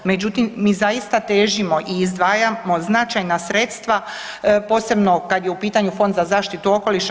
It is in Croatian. Međutim, mi zaista težimo i izdvajamo značajna sredstva posebno kada je u pitanju Fond za zaštitu okoliša.